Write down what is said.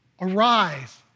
Arise